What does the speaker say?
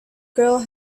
girl